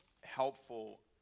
helpful